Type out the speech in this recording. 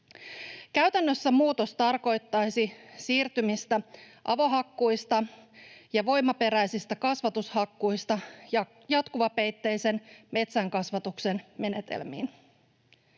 Käytännössä muutos tarkoittaisi siirtymistä avohakkuista ja voimaperäisistä kasvatushakkuista jatkuvapeitteisen metsänkasvatuksen menetelmiin.